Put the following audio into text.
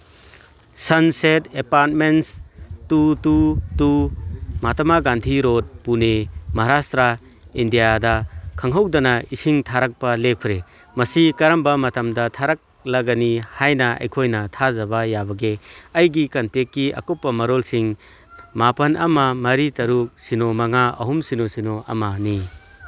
sunset Apartments two two two Mahatma Gandhi Road Pune Maharashtra ꯏꯟꯗꯤꯌꯥꯗ ꯏꯪꯍꯧꯗꯅ ꯏꯁꯤꯡ ꯊꯥꯔꯛꯄ ꯂꯦꯞꯈ꯭ꯔꯦ ꯃꯁꯤ ꯀꯔꯝꯕ ꯃꯇꯝꯗ ꯊꯥꯔꯛꯂꯒꯅꯤ ꯍꯥꯏꯅ ꯑꯩꯈꯣꯏꯅ ꯊꯥꯖꯕ ꯌꯥꯕꯒꯦ ꯑꯩꯒꯤ ꯀꯟꯇꯦꯛꯀꯤ ꯑꯀꯨꯞꯄ ꯃꯔꯣꯜꯁꯤꯡ ꯃꯥꯄꯜ ꯑꯃ ꯃꯔꯤ ꯇꯔꯨꯛ ꯁꯤꯅꯣ ꯃꯉꯥ ꯑꯍꯨꯝ ꯁꯤꯅꯣ ꯁꯤꯅꯣ ꯑꯃꯅꯤ